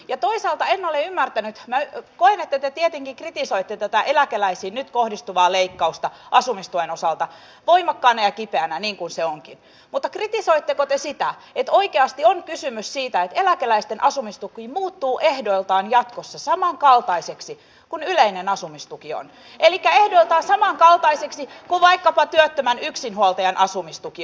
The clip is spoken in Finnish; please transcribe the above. ja toisaalta en ole ymmärtänyt minä koen että te tietenkin kritisoitte tätä eläkeläisiin nyt kohdistuvaa leikkausta asumistuen osalta voimakkaaksi ja kipeäksi niin kuin se onkin kritisoitteko te sitä että oikeasti on kysymys siitä että eläkeläisten asumistuki muuttuu ehdoiltaan jatkossa samankaltaiseksi kuin yleinen asumistuki elikkä ehdoiltaan samankaltaiseksi kuin vaikkapa työttömän yksinhuoltajan asumistuki